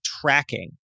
tracking